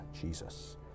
Jesus